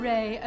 Ray